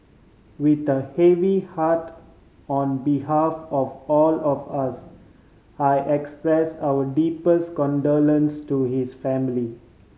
with the heavy heart on behalf of all of us I express our deepest condolence to his family